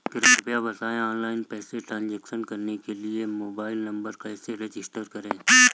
कृपया बताएं ऑनलाइन पैसे ट्रांसफर करने के लिए मोबाइल नंबर कैसे रजिस्टर करें?